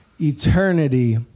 Eternity